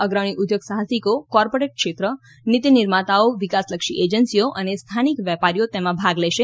અગ્રણી ઉદ્યોગ સાહસિકો કોર્પોરેટ ક્ષેત્ર નીતિ નિર્માતાઓ વિકાસલક્ષી એજન્સીઓ અને સ્થાનિક વેપારીઓ તેમાં ભાગ લેશે